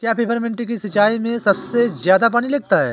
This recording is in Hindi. क्या पेपरमिंट की सिंचाई में सबसे ज्यादा पानी लगता है?